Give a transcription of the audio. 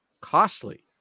costly